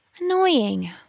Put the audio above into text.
Annoying